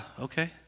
okay